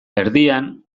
erdian